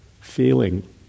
feeling